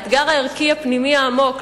האתגר הערכי הפנימי העמוק,